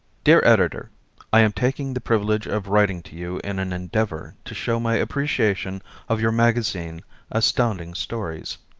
dear editor i am taking the privilege of writing to you in an endeavor to show my appreciation of your magazine astounding stories.